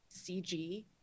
CG